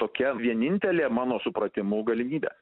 tokia vienintelė mano supratimu galimybė